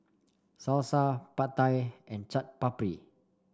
Salsa Pad Thai and Chaat Papri